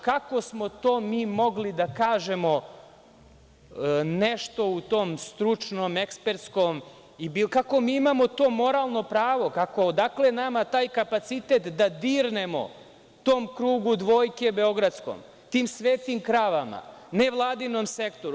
Kako smo to mi mogli da kažemo nešto u tom stručnom, ekspertskom, kako mi imamo to moralno pravo, odakle nama taj kapacitet da dirnemo tom krugu dvojke beogradskom, tim svetim kravama, nevladinom sektoru?